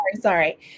sorry